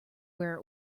where